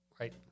right